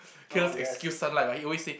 Caleb's excuse sunlight like he always say